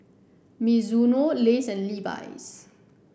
Mizuno Lays and Levi's